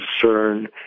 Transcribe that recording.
concern